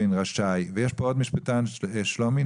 ויש פה עוד משפטן שלומי,